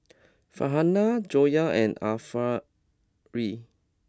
Farhanah Joyah and Arifa